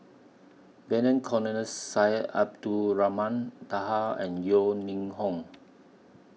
Vernon Cornelius Syed Abdulrahman Taha and Yeo Ning Hong